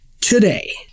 today